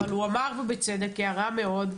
אבל הוא אמר בצדק הערה מאוד חשובה.